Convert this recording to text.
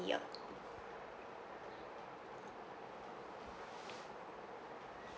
year